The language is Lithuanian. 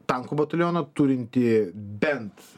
tankų batalioną turintį bent